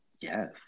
yes